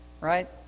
right